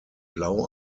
blau